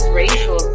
racial